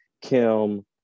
Kim